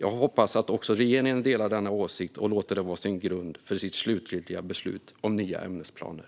Jag hoppas att också regeringen delar denna åsikt och låter det vara en grund för sitt slutgiltiga beslut om nya ämnesplaner.